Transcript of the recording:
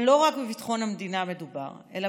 אבל לא רק בביטחון המדינה מדובר אלא